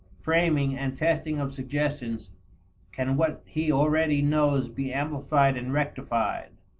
framing and testing of suggestions can what he already knows be amplified and rectified.